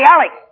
Alex